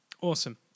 Awesome